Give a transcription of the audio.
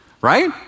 Right